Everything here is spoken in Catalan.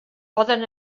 poden